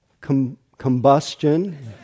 combustion